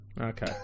okay